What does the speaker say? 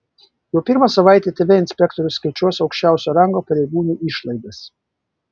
jau pirmą savaitę tv inspektorius skaičiuos aukščiausio rango pareigūnų išlaidas